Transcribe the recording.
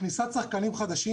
כניסת השחקנים החדשים